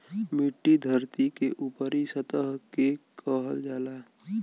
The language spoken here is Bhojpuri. मट्टी धरती के ऊपरी सतह के कहल जाला